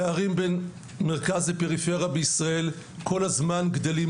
הפערים בין מרכז ופריפריה בישראל כל הזמן גדלים,